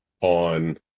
on